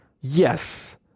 Yes